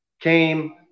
Came